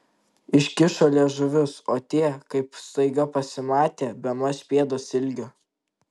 iškišo liežuvius o tie kaip staiga pasimatė bemaž pėdos ilgio